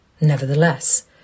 Nevertheless